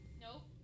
Nope